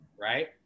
Right